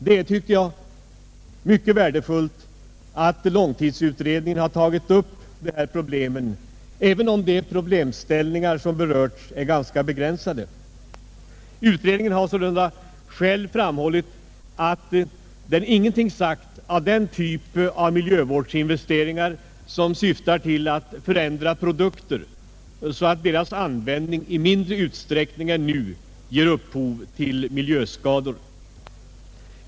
Det är värdefullt att långtidsutredningen har tagit upp dessa problem även om de problemställningar som berörts är ganska begränsade. Utredningen har sålunda själv framhållit att den ingenting sagt om den typ av miljövårdsinvesteringar som syftar till att förändra produkter, så att deras användning i mindre utsträckning än nu ger upphov till miljöskador.